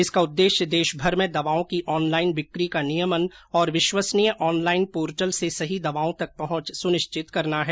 इसका उद्देश्य देशभर में दवाओं की ऑनलाईन बिक्री का नियमन और विश्वसनीय ऑनलाईन पोर्टल से सही दवाओं तक पहुंच सुनिश्चित करना है